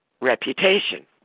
reputation